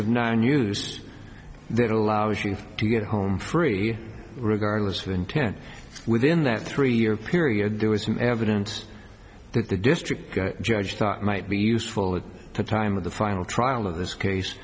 of no news that allows you to get home free regardless of intent within that three year period there was evidence that the district judge thought might be useful at the time of the final trial of this case